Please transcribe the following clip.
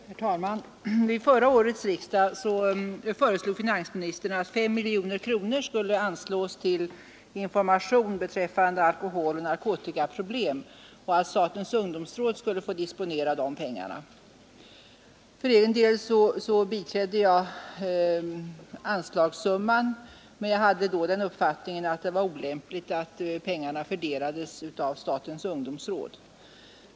Herr talman! Vid förra årets riksdag föreslog finansministern att 5 miljoner kronor skulle anslås till information beträffande alkoholoch narkotikaproblem och att statens ungdomsråd skulle få disponera dessa pengar. För egen del biträdde jag anslagssumman men hade då uppfattningen att det var olämpligt att pengarna fördelades av statens ungdomsråd.